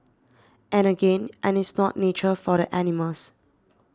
and again and it's not nature for the animals